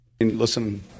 Listen